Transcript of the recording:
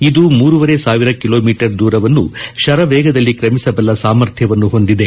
ಇದು ಮೂರುವರೆ ಸಾವಿರ ಕಿಲೋಮೀಟರ್ ದೂರವನ್ನು ಶರವೇಗದಲ್ಲಿ ಕ್ರಮಿಸಬಲ್ಲ ಸಾಮರ್ಥ್ಯವನ್ನು ಹೊಂದಿದೆ